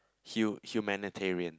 hu~ humanitarian